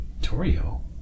Torio